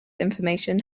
information